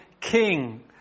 king